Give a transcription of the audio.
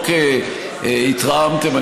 התרעמתם,